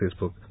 Facebook